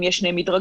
אם יש שני מדרגים.